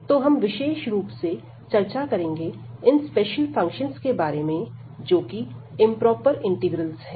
तो हम विशेष रूप से चर्चा करेंगे इन स्पेशल फंक्शनस के बारे में जोकि इंप्रोपर इंटीग्रल्स हैं